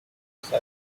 beside